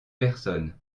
personne